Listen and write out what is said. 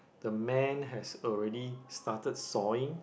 the man has already started sawing